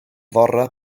fore